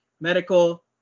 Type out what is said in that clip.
medical